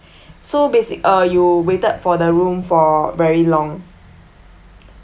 so basic uh you waited for the room for very long